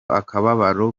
akababaro